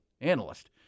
analyst